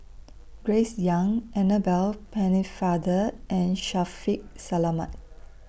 Grace Young Annabel Pennefather and Shaffiq Selamat